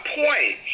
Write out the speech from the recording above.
point